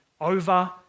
over